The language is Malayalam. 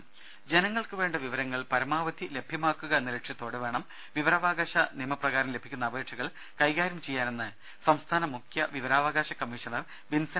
രാമ ജനങ്ങൾക്കു വേണ്ട വിവരങ്ങൾ പരമാവധി ലഭ്യമാക്കുക എന്ന ലക്ഷ്യത്തോടെ വേണം വിവരാവകാശ നിയമപ്രകാരം ലഭിക്കുന്ന അപേക്ഷകൾ കൈകാര്യം ചെയ്യാനെന്ന് സംസ്ഥാന മുഖ്യ വിവരാവകാശ കമ്മീഷണർ വിൻസൻ